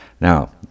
Now